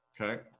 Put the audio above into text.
Okay